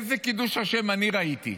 איזה קידוש השם אני ראיתי?